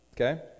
Okay